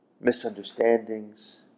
Misunderstandings